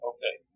Okay